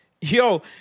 yo